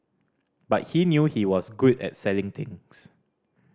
but he knew he was good at selling things